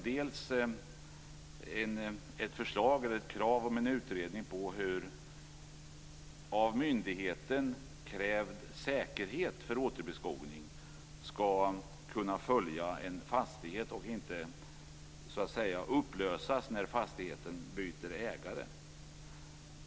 Dels finns det ett krav på en utredning om hur av myndigheten krävd säkerhet för återbeskogning skall kunna följa en fastighet och inte upplösas när fastigheten byter ägare.